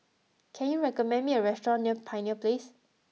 can you recommend me a restaurant near Pioneer Place